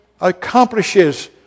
accomplishes